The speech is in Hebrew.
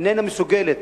איננה מסוגלת,